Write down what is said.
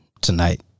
Tonight